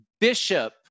bishop